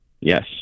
Yes